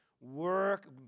work